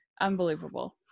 unbelievable